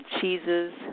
cheeses